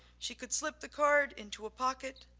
she could slip the card into a pocket,